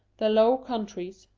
the low countries,